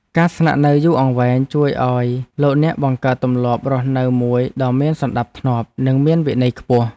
ការស្នាក់នៅយូរអង្វែងជួយឱ្យលោកអ្នកបង្កើតទម្លាប់រស់នៅមួយដ៏មានសណ្ដាប់ធ្នាប់និងមានវិន័យខ្ពស់។